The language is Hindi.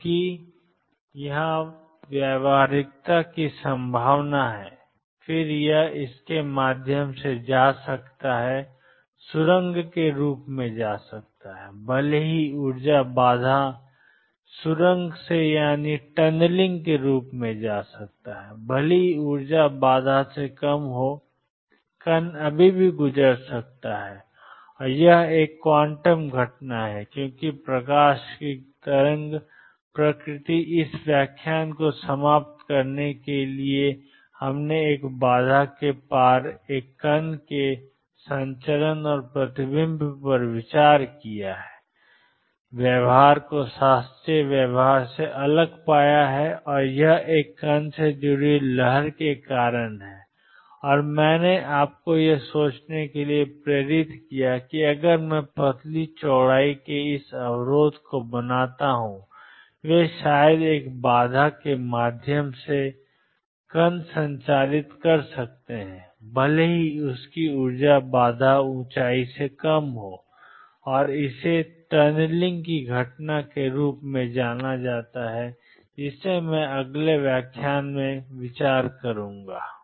क्योंकि यहां व्यावहारिकता की संभावना है और फिर यह इसके माध्यम से जा सकता है सुरंग के रूप में जाना जाता है भले ही ऊर्जा बाधा से कम हो कण अभी भी गुजर सकता है और यह एक क्वांटम घटना है क्योंकि प्रकाश की तरंग प्रकृति इस व्याख्यान को समाप्त करने के लिए क्या है हमने एक बाधा के पार एक कण के संचरण और प्रतिबिंब पर विचार किया है और व्यवहार को शास्त्रीय व्यवहार से अलग पाया है और यह एक कण से जुड़ी लहर के कारण है और मैंने आपको यह सोचने के लिए प्रेरित किया है कि अगर मैं पतली चौड़ाई के इस अवरोध को बनाता हूं वे शायद एक बाधा के माध्यम से कण संचारित कर रहे हैं भले ही इसकी ऊर्जा बाधा ऊंचाई से कम हो और इसे सुरंग की घटना के रूप में जाना जाता है जिसे मैं अगले व्याख्यान में विचार करूंगा